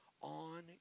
on